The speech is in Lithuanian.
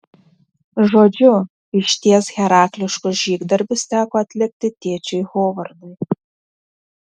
žodžiu išties herakliškus žygdarbius teko atlikti tėčiui hovardui